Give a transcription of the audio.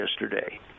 yesterday—